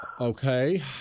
Okay